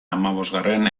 hamabosgarren